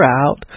out